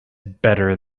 better